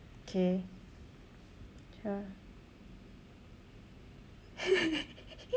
okay